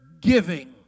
giving